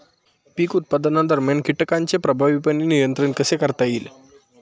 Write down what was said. पीक उत्पादनादरम्यान कीटकांचे प्रभावीपणे नियंत्रण कसे करता येईल?